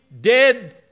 dead